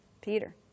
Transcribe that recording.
Peter